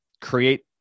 create